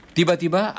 Tiba-tiba